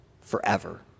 forever